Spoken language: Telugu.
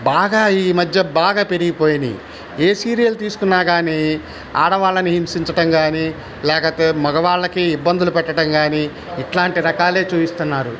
బాగా ఈ మధ్య బాగా పెరిగిపోయినయి ఏ సీరియల్ తీసుకున్నా కాని ఆడవాళ్ళని హింసించటం కాని లేకపోతే మగవాళ్ళకి ఇబ్బందులు పెట్టడం కాని ఇట్లాంటి రకాలే చూయిస్తున్నారు